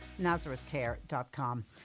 nazarethcare.com